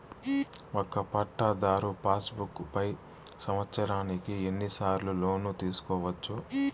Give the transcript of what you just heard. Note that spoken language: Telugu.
ఒక పట్టాధారు పాస్ బుక్ పై సంవత్సరానికి ఎన్ని సార్లు లోను తీసుకోవచ్చు?